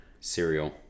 Cereal